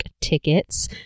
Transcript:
tickets